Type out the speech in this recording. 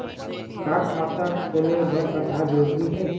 का खाता खोले बर आधार जरूरी हे?